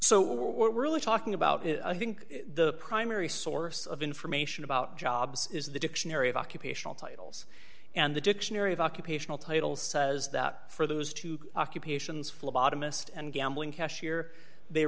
we're really talking about it i think the primary source of information about jobs is the dictionary of occupational titles and the dictionary of occupational title says that for those two occupations phlebotomist and gambling cashier they